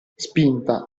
spinta